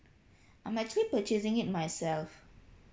I'm actually purchasing it myself